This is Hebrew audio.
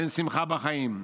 אין שמחה בחיים,